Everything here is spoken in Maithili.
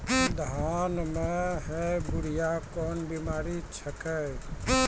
धान म है बुढ़िया कोन बिमारी छेकै?